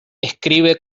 escribe